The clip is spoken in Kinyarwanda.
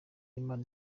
imana